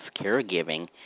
caregiving